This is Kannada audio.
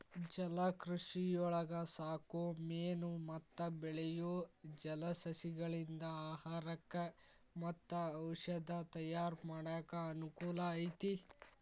ಜಲಕೃಷಿಯೊಳಗ ಸಾಕೋ ಮೇನು ಮತ್ತ ಬೆಳಿಯೋ ಜಲಸಸಿಗಳಿಂದ ಆಹಾರಕ್ಕ್ ಮತ್ತ ಔಷದ ತಯಾರ್ ಮಾಡಾಕ ಅನಕೂಲ ಐತಿ